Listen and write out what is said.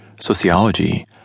Sociology